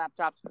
laptops